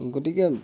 গতিকে